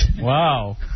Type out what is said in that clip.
Wow